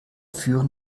führen